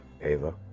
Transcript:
Ava